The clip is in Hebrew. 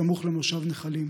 סמוך למושב נחלים,